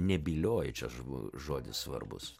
nebylioji čia žodis svarbus